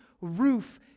roof